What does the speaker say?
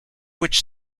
which